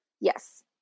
Yes